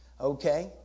Okay